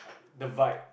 the Vibe